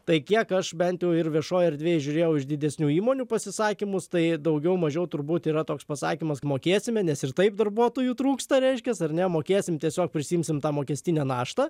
tai kiek aš bent jau ir viešoj erdvėj žiūrėjau iš didesnių įmonių pasisakymus tai daugiau mažiau turbūt yra toks pasakymas mokėsime nes ir taip darbuotojų trūksta reiškias ar ne mokėsim tiesiog prisiimsim tą mokestinę naštą